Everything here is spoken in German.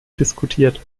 diskutiert